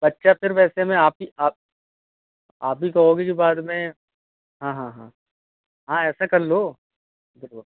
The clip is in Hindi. बच्चा फिर वैसे में आप ही आप आप भी कहोगे कि बाद में हाँ हाँ हाँ हाँ ऐसा कर लो ठीक है तो